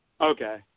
Okay